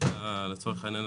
לצורך העניין,